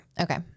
Okay